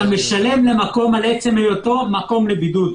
אתה משלם למקום על עצם היותו מקום לבידוד.